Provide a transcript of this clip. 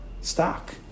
stock